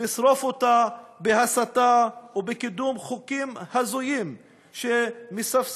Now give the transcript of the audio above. לשרוף אותה בהסתה ובקידום חוקים הזויים שמספסרים